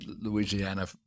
Louisiana